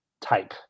type